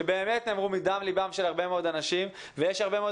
שבאמת נאמרו מדם ליבם של הרבה מאוד אנשים ויש הרבה מאוד